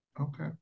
okay